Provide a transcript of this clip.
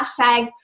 hashtags